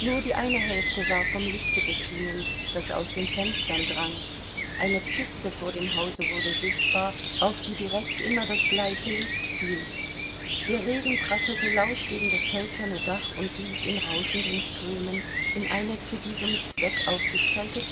nur die eine hälfte war vom lichte beschienen das aus den fenstern drang eine pfütze vor dem hause wurde sichtbar auf die direkt immer das gleiche licht fiel der regen prasselte laut gegen das hölzerne dach und lief in rauschenden strömen in eine zu diesem zweck aufgestellte